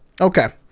okay